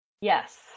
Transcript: Yes